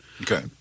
okay